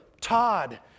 Todd